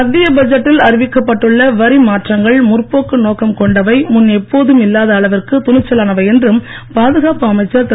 மத்திய பட்ஜெட்டில் அறிவிக்கப் பட்டுள்ள வரி மாற்றங்கள் முற்போக்கு நோக்கம் கொண்டவை முன் எப்போதும் இல்லாத அளவிற்கு துணிச்சலானவை என்று பாதுகாப்பு அமைச்சர் திரு